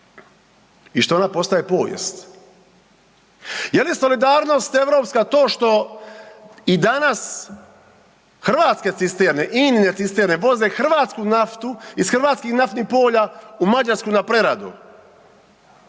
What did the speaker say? i što ona postaje povijest? Je li solidarnost europska to što i danas hrvatske cisterne, INA-ine cisterne voze hrvatsku naftu iz hrvatskih naftnih polja u Mađarsku na preradu?